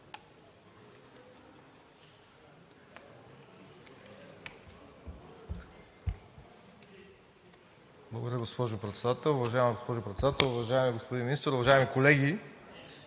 Уважаема госпожо Председател, уважаеми господин Министър, уважаеми колеги!